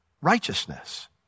righteousness